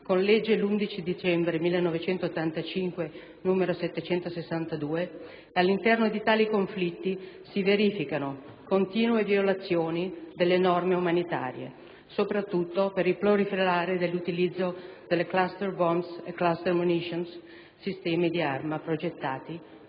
con legge 11 dicembre 1985, n. 762, all'interno di tali conflitti si verificano continue violazioni delle norme umanitarie, soprattutto per il proliferare dell'utilizzo delle *cluster bomb* o *cluster munition*, sistemi di arma progettati